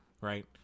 right